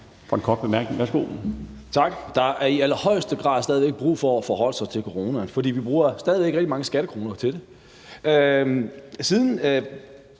Boje Mathiesen (UFG): Tak. Der er i allerhøjeste grad stadig væk brug for at forholde sig til coronaen, for vi bruger stadig væk rigtig mange skattekroner i forhold til det.